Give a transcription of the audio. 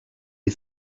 est